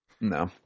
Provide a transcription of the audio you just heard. No